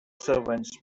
servants